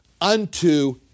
unto